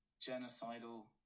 genocidal